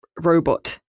robot